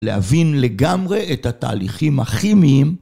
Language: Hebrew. להבין לגמרי את התהליכים הכימיים